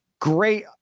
great